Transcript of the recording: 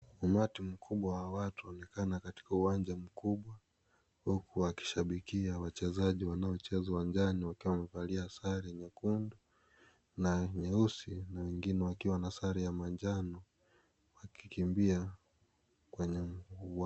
Umati mkubwa wa watu wanaonekana katika uwanja mkuu huku wakishabikia wachezaji, wanaocheza uwanjani wakiwa wamevalia sare nyekundu na nyeusi na ingine ikiwa na sare ya manjano wakikimbia kwenye uwanja.